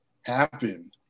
happen